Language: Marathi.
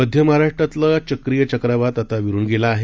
मध्य महाराष्ट्रातील चक्रीय चक्रवात आता विरुन गेला आहे